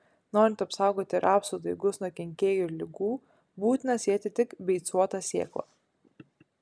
norint apsaugoti rapsų daigus nuo kenkėjų ir ligų būtina sėti tik beicuotą sėklą